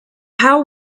how